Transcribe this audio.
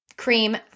cream